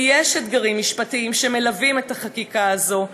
ויש אתגרים משפטיים שמלווים את החקיקה הזו,